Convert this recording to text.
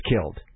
killed